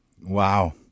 Wow